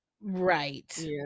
Right